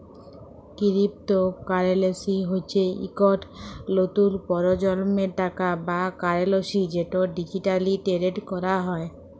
crypto currency হচ্যে ইকট লতুল পরজলমের টাকা বা কারেলসি যেট ডিজিটালি টেরেড ক্যরা হয়